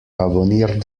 abonniert